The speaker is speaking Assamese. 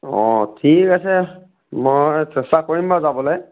অ' ঠিক আছে মই চেষ্টা কৰিম বাৰু যাবলৈ